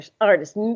artist